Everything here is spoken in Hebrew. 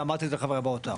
ואמרתי את זה לחבריי באוצר.